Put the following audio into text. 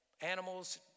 animals